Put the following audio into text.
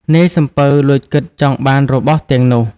នាយសំពៅលួចគិតចង់បានរបស់ទាំងនោះ។